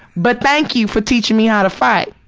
but thank you for teaching me how to fight.